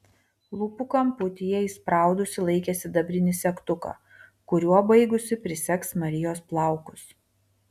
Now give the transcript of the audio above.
lūpų kamputyje įspraudusi laikė sidabrinį segtuką kuriuo baigusi prisegs marijos plaukus